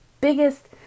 biggest